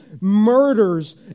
murders